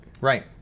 Right